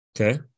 okay